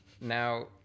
Now